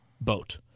boat